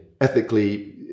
ethically